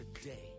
today